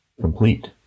complete